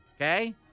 okay